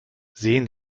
sehen